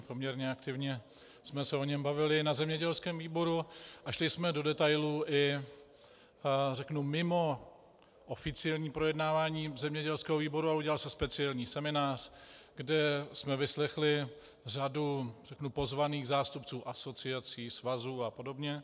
Poměrně aktivně jsme se o něm bavili na zemědělském výboru a šli jsme do detailů i mimo oficiální projednávání zemědělského výboru a udělal se speciální seminář, kde jsme vyslechli řadu pozvaných zástupců asociací, svazů a podobně.